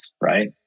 right